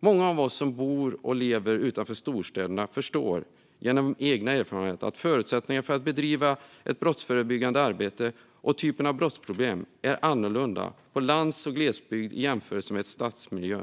Många av oss som bor och lever utanför storstäderna förstår genom egna erfarenheter att förutsättningarna för att bedriva brottsförebyggande arbete och typen av brottsproblem är annorlunda på landsbygd och i glesbygd jämfört med i stadsmiljö.